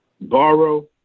borrow